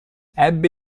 ebbe